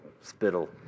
spittle